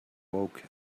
awoke